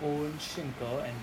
own 性格 and